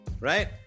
right